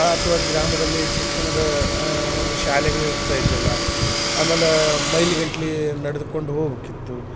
ಅಥ್ವಾ ಗ್ರಾಮದಲ್ಲಿ ಶಿಕ್ಷಣದ ಒಂದು ಶಾಲೆಗಳು ಇರ್ತಾ ಇದ್ದಿಲ್ಲ ಆಮೇಲೆ ಮೈಲಿಗಟ್ಲೆ ನಡೆದುಕೊಂಡು ಹೋಗಬೇಕಿತ್ತು